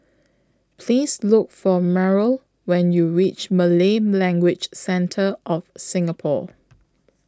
Please Look For Meryl when YOU REACH Malay Language Centre of Singapore